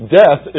death